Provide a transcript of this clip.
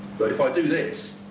but if i do this,